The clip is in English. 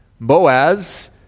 Boaz